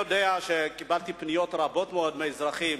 קיבלתי פניות רבות מאוד מאזרחים,